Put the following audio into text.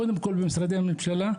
קודם כול במשרדי הממשלה,